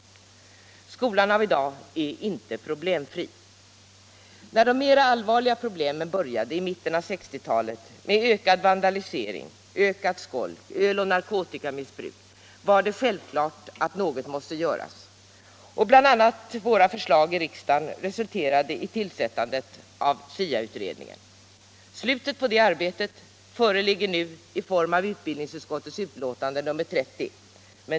Skolan av i dag är inte problemfri. När de mera allvarliga problemen började i mitten av 1960 talet med ökad vandalisering, ökat skolk, öloch narkotikamissbruk var det självklart att något måste göras. BI. a. våra förslag i riksdagen resulterade i tillsättandet av SIA-utredningen. Slutet på det arbetet föreligger nu i form av utbildningsutskottets betänkande nr 30.